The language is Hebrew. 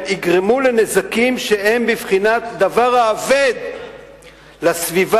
יגרמו לנזקים שהם בבחינת דבר האבד לסביבה,